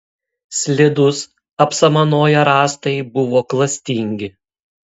slidūs apsamanoję rąstai buvo klastingi